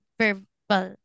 verbal